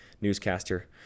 newscaster